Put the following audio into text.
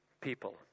people